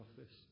office